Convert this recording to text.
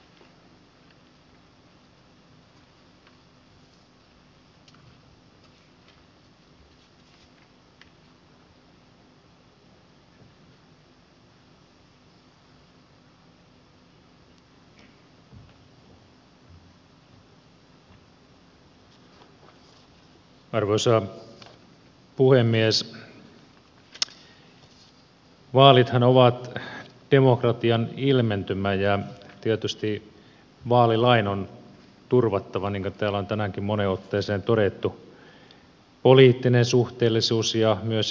vaalithan ovat demokratian ilmentymä ja tietysti vaalilain on turvattava niin kuin täällä on tänäänkin moneen otteeseen todettu poliittinen suhteellisuus ja myös sitten alueellinen edustavuus